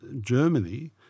Germany